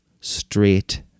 straight